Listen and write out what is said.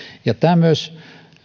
ja tämä myös